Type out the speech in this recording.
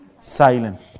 silent